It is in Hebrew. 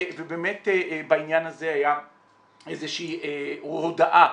ובאמת בעניין הזה הייתה איזושהי הודעה